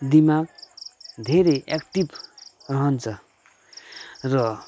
दिमाग धेरै एक्टिभ रहन्छ र